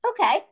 Okay